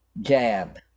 jab